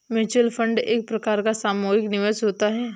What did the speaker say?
mutual fund एक प्रकार का सामुहिक निवेश होता है